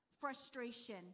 frustration